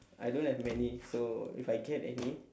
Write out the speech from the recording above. I don't have many so if I get any